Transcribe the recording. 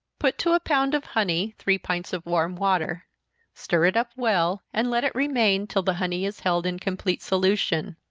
put to a pound of honey three pints of warm water stir it up well, and let it remain till the honey is held in complete solution